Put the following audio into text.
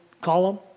column